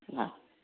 हा